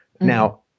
Now